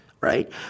right